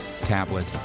tablet